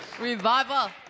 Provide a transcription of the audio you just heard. Revival